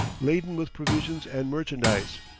laden with provisions and merchandise,